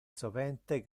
sovente